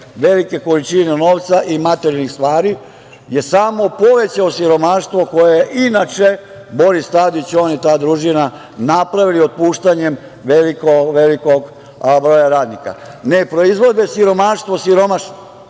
velike količine novca i materijalnih stvari, je samo povećao siromaštvo koje inače Boris Tadić, on i ta družina napravili otpuštanjem velikog broja radnika. Ne proizvode siromaštvo siromašni,